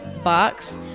Box